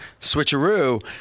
switcheroo